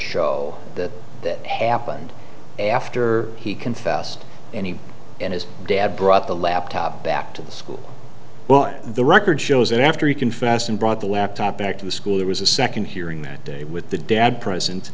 show that that happened after he confessed and he and his dad brought the laptop back to the school well the record shows that after he confessed and brought the laptop back to the school there was a second hearing that day with the dad present